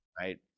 right